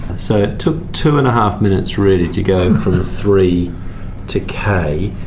so it took two and a half minutes really to go from three to k,